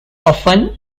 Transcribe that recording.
often